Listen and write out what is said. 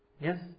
Yes